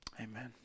Amen